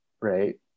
right